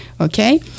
okay